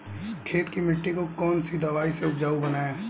खेत की मिटी को कौन सी दवाई से उपजाऊ बनायें?